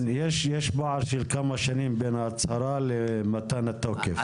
יש פער של כמה שנים בין ההצהרה לבין מתן התוקף,